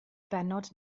bennod